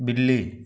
बिल्ली